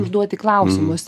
užduoti klausimus